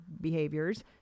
behaviors